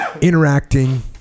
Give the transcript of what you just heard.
interacting